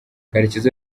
karekezi